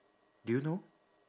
do you know